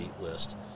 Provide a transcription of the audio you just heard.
list